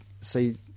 see